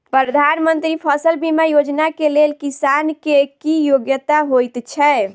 प्रधानमंत्री फसल बीमा योजना केँ लेल किसान केँ की योग्यता होइत छै?